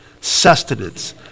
sustenance